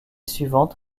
suivante